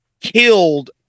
killed